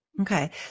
Okay